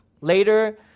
later